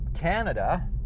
Canada